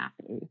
happy